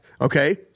Okay